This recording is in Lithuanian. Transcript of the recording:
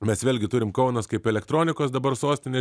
mes vėlgi turim kaunas kaip elektronikos dabar sostinė